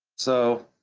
so,